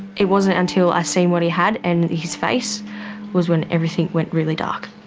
it wasn't until i seen what he had and his face was when everything went really dark.